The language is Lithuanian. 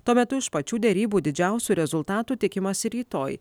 tuo metu iš pačių derybų didžiausių rezultatų tikimasi rytoj